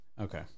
Okay